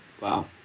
Wow